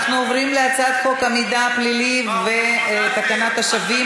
אנחנו עוברים להצעת חוק המידע הפלילי ותקנת השבים,